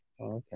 Okay